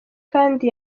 kandi